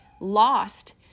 lost